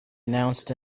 announced